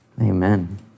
Amen